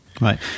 right